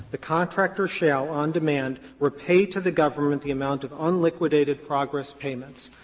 the contractor shall, on demand, repay to the government the amount of unliquidated progress payments.